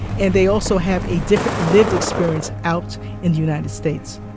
and they also have a different lived experience out in the united states.